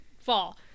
fall